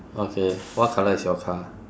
okay what colour is your car